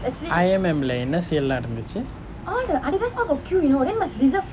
I_M_M இல்லே என்ன:illae enna sale எல்லாம் இருந்துச்சு:ellam irunthuchu